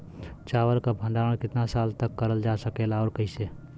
चावल क भण्डारण कितना साल तक करल जा सकेला और कइसे?